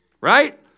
Right